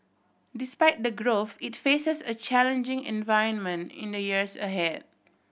despite the growth it faces a challenging environment in the years ahead